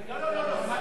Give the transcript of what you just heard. לא, לא, לא, לא, מה?